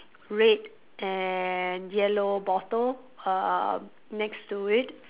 red and yellow bottle uh next to it